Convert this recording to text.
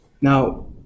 now